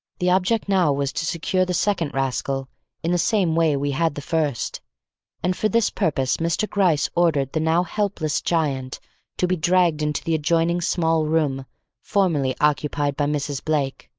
the object now was to secure the second rascal in the same way we had the first and for this purpose mr. gryce ordered the now helpless giant to be dragged into the adjoining small room formerly occupied by mrs. blake,